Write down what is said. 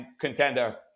contender